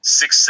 six